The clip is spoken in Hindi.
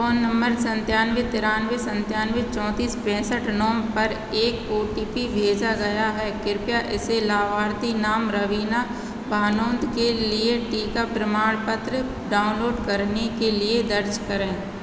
फ़ोन नम्बर संतानवे तिरानवे संत्यानवे चौंतीस पैंसठ नौ पर एक ओ टी पी भेजा गया है कृपया इसे लाभार्थी नाम रवीना भानोद के लिए टीका प्रमाणपत्र डाउनलोड करने के लिए दर्ज करें